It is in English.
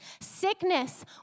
Sickness